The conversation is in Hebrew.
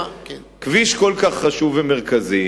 כביש כל כך חשוב ומרכזי,